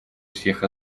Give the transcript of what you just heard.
всех